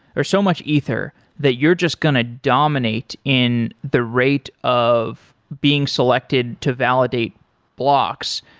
or so much ether that you're just going to dominate in the rate of being selected to validate blocks,